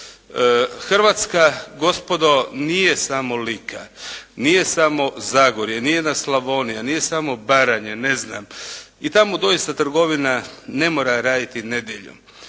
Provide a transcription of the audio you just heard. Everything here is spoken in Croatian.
Hrvatska gospodo nije samo Lika, nije samo Zagorje, nije samo Slavonija, nije samo Baranja i tamo doista trgovina ne mora raditi nedjeljom.